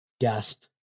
Gasp